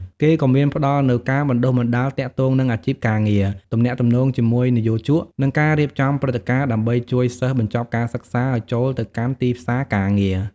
គេក៏មានផ្ដល់នូវការបណ្តុះបណ្ដាលទាក់ទងនឹងអាជីពការងារ ទំនាក់ទំនងជាមួយនិយោជក និងការរៀបចំព្រឹត្តិការណ៍ ដើម្បីជួយសិស្សបញ្ចប់ការសិក្សាឱ្យចូលទៅកាន់ទីផ្សារការងារ។